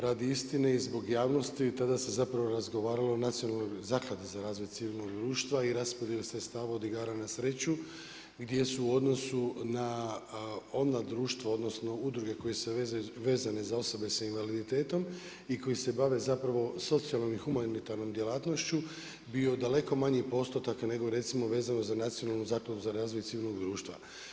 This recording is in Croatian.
Radi istine i zbog javnosti tada se zapravo razgovaralo o nacionalnoj zakladi za razvoj civilnog društva i raspodjelu sredstava od igara na sreću, gdje su u odnosu na onda društvo, odnosno, udruge koje su vezane za osobe s invaliditetom i koje se bave zapravo socijalnom i humanitarnom djelatnošću bio daleko manji postotak nego recimo vezano za nacionalnu zakladu za razvoj civilnog društva.